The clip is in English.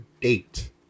date